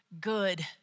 good